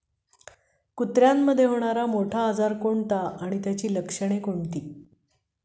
कुत्रीमध्ये होणारा मोठा आजार कोणता आणि त्याची लक्षणे कोणती?